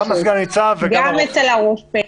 גם סגן-הניצב וגם הרופא.